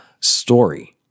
Story